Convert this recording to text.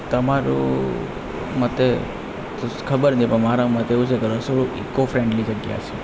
તમારું મતે તો ખબર નઈ પણ મારા મતે એવું છેકે રસોઈ ઇકો ફ્રેન્ડલી જગ્યા છે